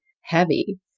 heavy